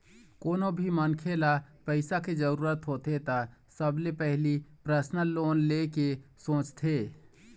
कोनो भी मनखे ल पइसा के जरूरत होथे त सबले पहिली परसनल लोन ले के सोचथे